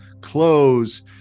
clothes